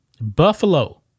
Buffalo